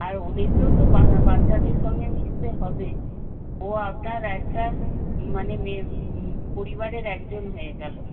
আর ওদেরকেও তো বাচ্চাদের সঙ্গে মিশতে হবে ও আপনার একটা মানে পরিবারের একজন হয়ে গেল